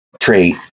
trait